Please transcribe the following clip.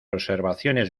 observaciones